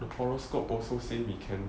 horoscope also say we can